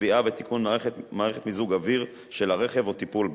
צביעה ותיקון מערכת מיזוג האוויר של הרכב או טיפול בה.